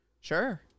Sure